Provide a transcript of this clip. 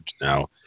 Now